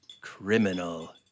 criminal